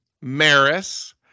Maris